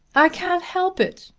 i can't help it,